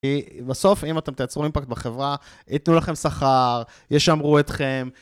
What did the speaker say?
כי בסוף, אם אתם תייצרו אימפקט בחברה, ייתנו לכם שכר, ישמרו אתכם.